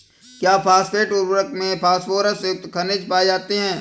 क्या फॉस्फेट उर्वरक में फास्फोरस युक्त खनिज पाए जाते हैं?